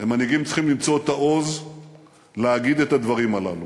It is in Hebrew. ומנהיגים צריכים למצוא את העוז להגיד את הדברים הללו